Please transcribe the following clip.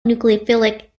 nucleophilic